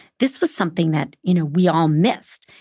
this was something that, you know, we all missed.